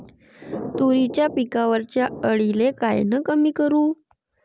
तुरीच्या पिकावरच्या अळीले कायनं कमी करू?